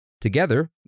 Together